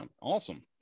awesome